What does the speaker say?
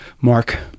mark